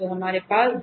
तो हमारे पास है